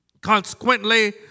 Consequently